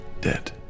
dead